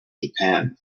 japan